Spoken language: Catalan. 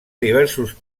diversos